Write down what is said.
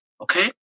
Okay